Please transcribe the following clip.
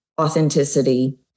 authenticity